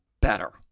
better